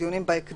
"באופן